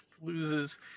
loses